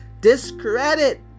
discredit